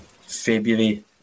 February